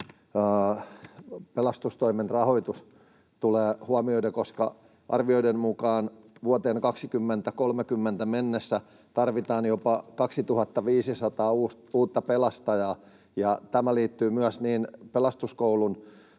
pelastustoimen rahoitus tulee huomioida, koska arvioiden mukaan vuoteen 2030 mennessä tarvitaan jopa 2 500 uutta pelastajaa, ja tämä liittyy niin Pelastusopiston